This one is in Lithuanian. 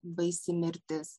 baisi mirtis